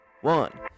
one